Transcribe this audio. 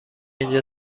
اینجا